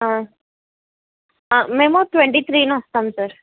మేము twenty three న వస్తాం సార్